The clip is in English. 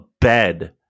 bed